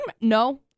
No